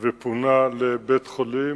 ופונה לבית-חולים,